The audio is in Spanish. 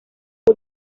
los